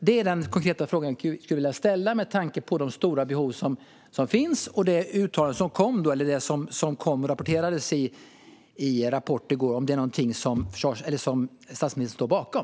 Det är den konkreta fråga jag skulle vilja ställa med tanke på de stora behov som finns och det uttalande som rapporterades om i Rapport i går. Är detta någonting som statsministern står bakom?